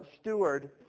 steward